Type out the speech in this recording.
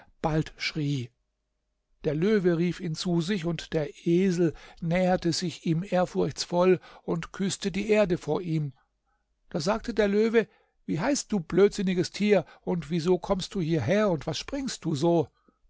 bald schrie der löwe rief ihn zu sich und der esel näherte sich ihm ehrfurchtsvoll und küßte die erde vor ihm da sagte der löwe wie heißt du blödsinniges tier und wieso kommst du hierher und was springst du so